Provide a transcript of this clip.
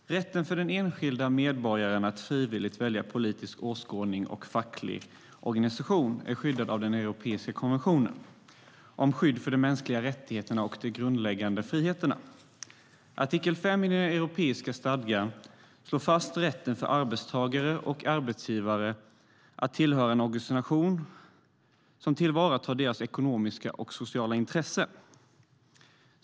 Fru talman! Rätten för den enskilda medborgaren att frivilligt välja politisk åskådning och facklig organisation är skyddad av den europeiska konventionen om skydd för de mänskliga rättigheterna och de grundläggande friheterna. Artikel 5 i den europeiska stadgan slår fast rätten för arbetstagare och arbetsgivare att bilda och tillhöra en organisation som tillvaratar deras ekonomiska och sociala intressen.